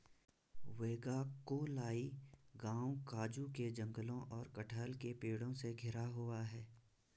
वेगाक्कोलाई गांव काजू के जंगलों और कटहल के पेड़ों से घिरा हुआ है